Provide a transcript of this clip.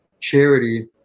charity